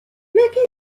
ble